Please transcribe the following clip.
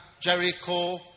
Jericho